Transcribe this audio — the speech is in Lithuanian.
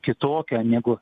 kitokią negu